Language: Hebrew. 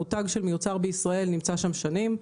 המיתוג "תוצרת כחול לבן" נמצא שם שנים.